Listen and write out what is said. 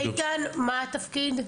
איתן, מה התפקיד?